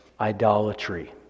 idolatry